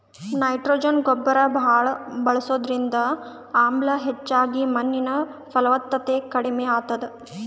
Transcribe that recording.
nitrogen ಗೊಬ್ಬರ್ ಭಾಳ್ ಬಳಸದ್ರಿಂದ ಆಮ್ಲ ಹೆಚ್ಚಾಗಿ ಮಣ್ಣಿನ್ ಫಲವತ್ತತೆ ಕಡಿಮ್ ಆತದ್